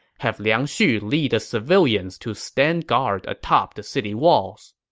have liang xu lead civilians to stand guard atop the city walls.